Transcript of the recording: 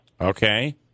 Okay